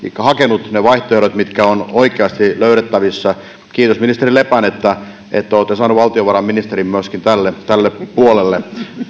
hakenut ne vaihtoehdot mitkä ovat oikeasti löydettävissä kiitos ministeri lepän että te olette saanut valtiovarainministerin myöskin tälle tälle puolelle